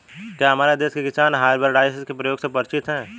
क्या हमारे देश के किसान हर्बिसाइड्स के प्रयोग से परिचित हैं?